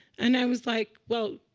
and i was like, well,